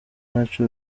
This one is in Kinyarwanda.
ntaco